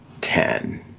ten